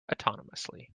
autonomously